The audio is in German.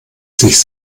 sich